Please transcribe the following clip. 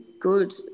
good